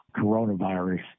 coronavirus